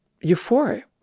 euphoria